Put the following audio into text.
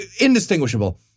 indistinguishable